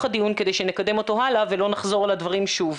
הדיון כדי שנקדם אותו הלאה ולא נחזור על הדברים שוב.